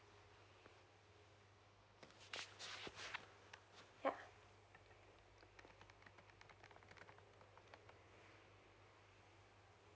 yeah